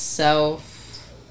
self